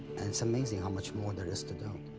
and it's amazing how much more there is to do.